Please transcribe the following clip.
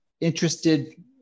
interested